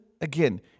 Again